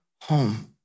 home